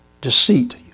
Deceit